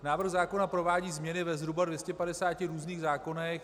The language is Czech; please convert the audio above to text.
Návrh zákona provádí změny ve zhruba 250 různých zákonech.